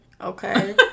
Okay